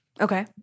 Okay